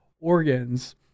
organs